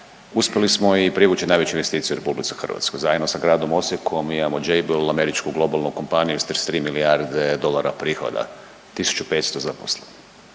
uspjeli smo i privući najveću investiciju u RH, zajedno sa Gradom Osijekom, imamo Jabil, američku globalnu kompaniju s 33 milijarde dolara prihoda. 1500 zaposlenih.